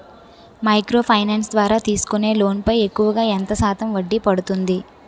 Micro finance ద్వారా తీసుకునే loan పై ఎక్కువుగా ఎంత శాతం వడ్డీ పడుతుంది?